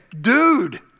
dude